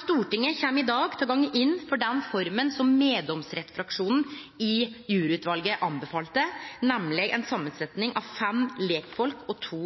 Stortinget kjem i dag til å gå inn for den forma som meddomsrettsfraksjonen i juryutvalet anbefalte, nemleg ei samansetting av fem lekfolk og to